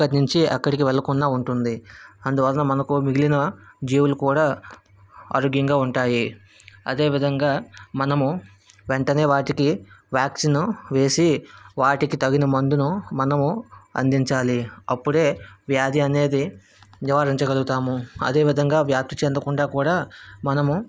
ఇక్కడ నుంచి అక్కడికి వెళ్ళకుండా ఉంటుంది అందువలన మనకు మిగిలిన జీవులు కూడా ఆరోగ్యంగా ఉంటాయి అదే విధంగా మనము వెంటనే వాటికి వాక్సీను వేసి వాటికి తగిన మందును మనము అందించాలి అప్పుడే వ్యాధి అనేది నివారించగలుగుతాము అదే విధంగా వ్యాప్తి చెందకుండా కూడా మనము